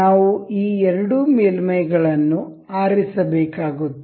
ನಾವು ಈ ಎರಡು ಮೇಲ್ಮೈಗಳನ್ನು ಆರಿಸಬೇಕಾಗುತ್ತದೆ